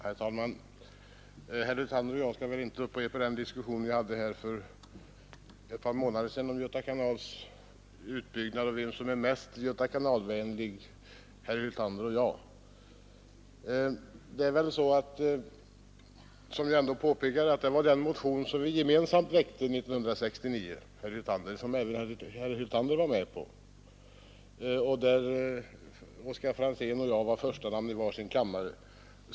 Herr talman! Herr Hyltander och jag skall väl inte upprepa den diskussion vi hade här för ett par månader sedan om Göta kanals utbyggnad och vem som är mest götakanalvänlig, herr Hyltander eller jag. Som det påpekats väckte vi 1969 en gemensam motion som även herr Hyltander var med på och där herr Franzén och jag stod som första namn i var sin kammare.